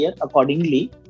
accordingly